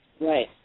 Right